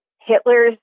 Hitler's